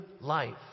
life